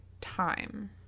time